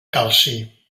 calci